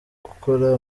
gukora